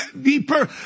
deeper